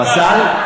רסאל?